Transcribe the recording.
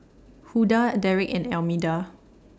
Hulda Derrick and Almeda